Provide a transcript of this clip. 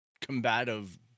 combative